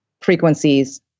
frequencies